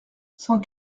cent